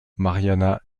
marianna